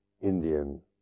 Indian